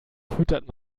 füttert